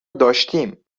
داشتیم